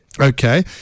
Okay